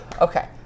Okay